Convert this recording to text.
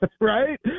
Right